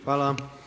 Hvala.